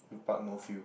but not fuel